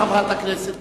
חברת הכנסת